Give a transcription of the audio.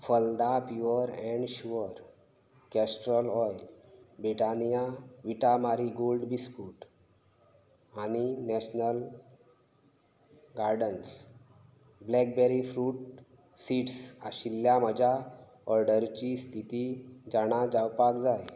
Phalada pure and sure castor oil Britannia Vita Marie Gold biscuit आनी National Gardens black berry fruit seeds आशिल्ल्या म्हज्या ऑर्डरिची स्थिती जाणा जावपाक जाय